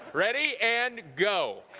ready, and go.